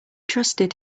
trusted